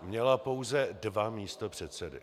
Měla pouze dva místopředsedy.